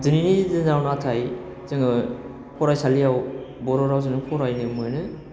दिनैनि दिनाव नाथाय जोङो फरायसालियाव बर' रावजोंनो फारायनो मोनो